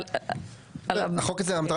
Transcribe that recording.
מטרת